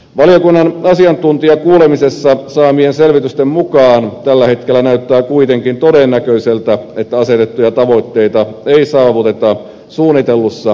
valiokunnan asiantuntijakuulemisessa saamien selvitysten mukaan tällä hetkellä näyttää kuitenkin todennäköiseltä että asetettuja tavoitteita ei saavuteta suunnitellussa aikataulussa